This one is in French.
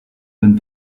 bonne